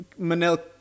Manel